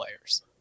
players